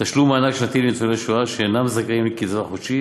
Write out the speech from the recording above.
תשלום מענק שנתי לניצולי שואה שאינם זכאים לקצבה חודשית,